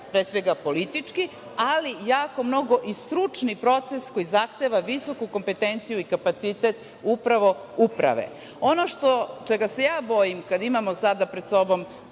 pre svega politički, ali jako mnogo i stručni proces koji zahteva visoku kompetenciju i kapacitet upravo uprave. Ono čega se ja bojim kada imamo sada pred sobom